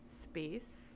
space